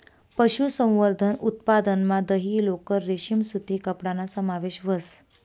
पशुसंवर्धन उत्पादनमा दही, लोकर, रेशीम सूती कपडाना समावेश व्हस